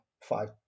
five